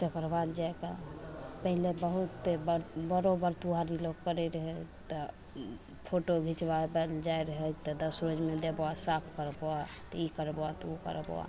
तकर बाद जाइके पहिले बहुत बरो बरतोहारी लोक करै रहै तऽ फोटो घिचबाबै ले जाइ रहै तऽ दस रोजमे देबऽ साफ करबऽ तऽ ई करबऽ तऽ ओ करबऽ